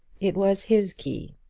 it was his key,